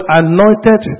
anointed